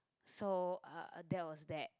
so uh that was bad